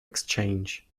exchange